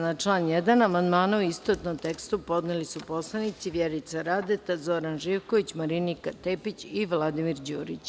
Na član 1. amandmane u istovetnom tekstu podneli su narodni poslanici Vjerica Radeta, Zoran Živković, Marinika Tepić i Vladimir Đurić.